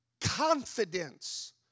confidence